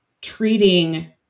treating